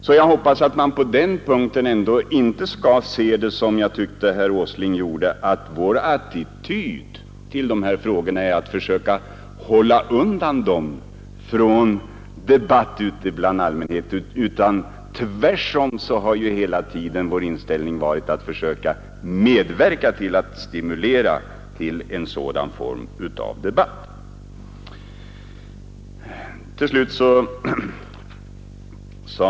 Vår attityd till de här frågorna är inte, herr Åsling, att försöka hålla undan dem från debatt ute bland allmänheten. Tvärtom har ju vår inställning hela tiden varit att försöka medverka till att stimulera till en sådan form av debatt.